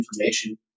information